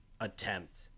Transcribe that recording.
attempt